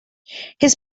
his